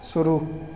शुरू